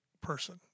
person